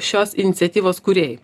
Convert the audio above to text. šios iniciatyvos kūrėjai